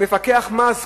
מפקח מס,